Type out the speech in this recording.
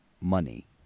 money